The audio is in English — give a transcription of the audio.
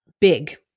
big